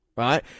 right